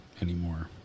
anymore